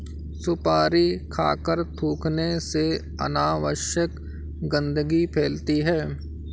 सुपारी खाकर थूखने से अनावश्यक गंदगी फैलती है